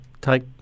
take